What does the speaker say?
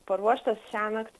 paruoštas šiąnakt